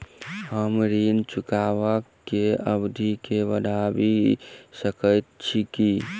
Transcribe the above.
हम ऋण चुकाबै केँ अवधि केँ बढ़ाबी सकैत छी की?